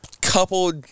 couple